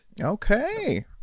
Okay